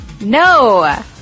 No